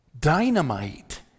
dynamite